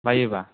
बायोब्ला